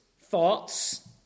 thoughts